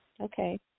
Okay